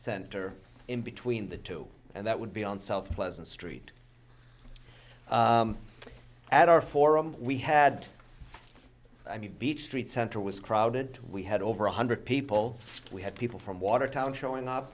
center in between the two and that would be on south wasn't street at our forum we had i mean beach street center was crowded we had over one hundred people we had people from watertown showing up